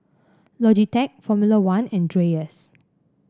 Logitech Formula One and Dreyers